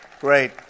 Great